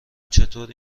چطور